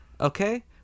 okay